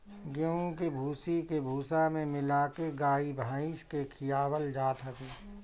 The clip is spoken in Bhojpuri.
गेंहू के भूसी के भूसा में मिला के गाई भाईस के खियावल जात हवे